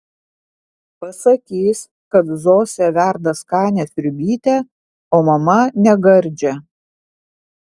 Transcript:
pasakys kad zosė verda skanią sriubytę o mama negardžią